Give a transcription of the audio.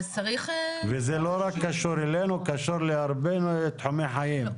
וזה לא רק קשור אלינו, קשור להרבה תחומי חיים.